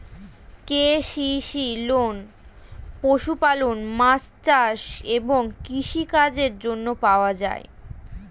KCC loan পশুপালন, মাছ চাষ এবং কৃষি কাজের জন্য পাওয়া যায়